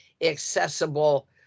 accessible